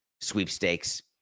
sweepstakes